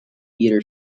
meter